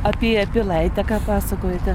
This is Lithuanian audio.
apie pilaitę ką pasakojate